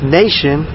nation